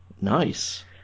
nice